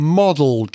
model